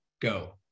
Go